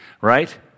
right